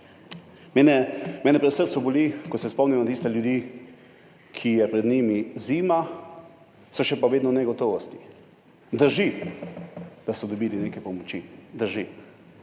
Mene pri srcu boli, ko se spomnim na tiste ljudi, pred njimi je zima, so pa še vedno v negotovosti. Drži, da so dobili neke pomoči, drži.